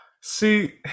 see